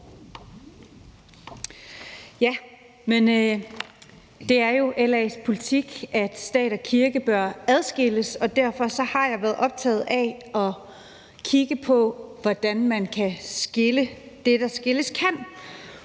(LA): Det er jo LA's politik, at stat og kirke bør adskilles, og derfor har jeg været optaget af at kigge på, hvordan man kan skille det, der skilles kan,